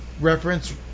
reference